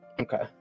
Okay